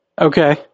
Okay